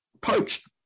poached